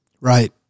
Right